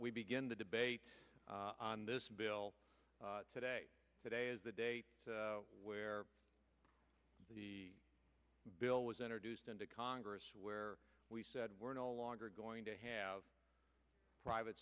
we begin the debate on this bill today is the day where the bill was introduced into congress where we said we're no longer going to have private